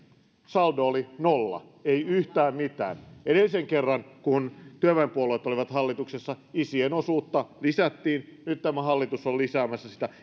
saldo oli nolla ei yhtään mitään kun edellisen kerran työväenpuolueet olivat hallituksessa isien osuutta lisättiin nyt tämä hallitus on lisäämässä sitä